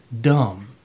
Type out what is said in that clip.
dumb